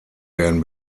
werden